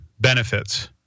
benefits